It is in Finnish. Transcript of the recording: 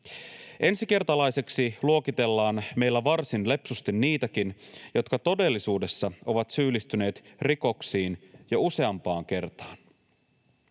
Ensikertalaiseksi luokitellaan meillä varsin lepsusti niitäkin, jotka todellisuudessa ovat syyllistyneet rikoksiin jo useampaan kertaan.